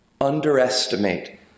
underestimate